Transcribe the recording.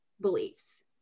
beliefs